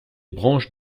branches